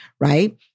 right